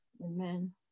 Amen